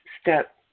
step